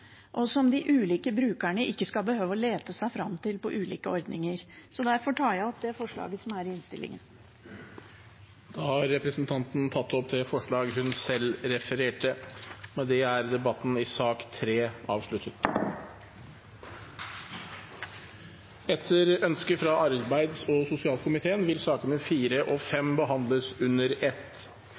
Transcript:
og som de ulike brukerne ikke skal behøve å lete seg fram til for ulike ordninger. Derfor tar jeg opp SVs forslag i saken. Representanten Karin Andersen har tatt opp det forslaget hun refererte til. Flere har ikke bedt om ordet til sak nr. 3. Etter ønske fra arbeids- og sosialkomiteen vil sakene nr. 4 og 5 bli behandlet under ett.